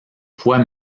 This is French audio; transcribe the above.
fois